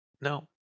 No